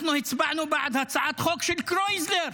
אנחנו הצבענו בעד הצעת חוק של קרויזר,